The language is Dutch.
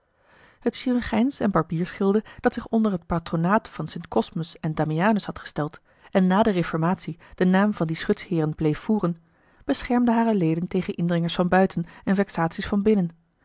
het chirurgijns en barbiersgilde dat zich onder het patronaat van st cosmos en damianus had gesteld en na de reformatie den naam van die schutsheeren bleef voeren beschermde hare leden tegen indringers van buiten en vexaties van binnen